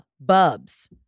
Bubs